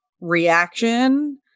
reaction